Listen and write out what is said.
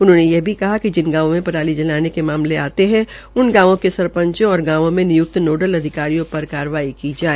उन्होंने यह भी निर्देश दिए कि जिन गांवों में पराली जलाने के मामले सामने आते हैं तो उन गांवों के सरपंचों तथा गांवों में निय्क्त नोडल अधिकारियों पर भी कार्रवाई की जाए